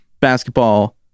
basketball